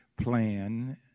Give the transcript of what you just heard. plan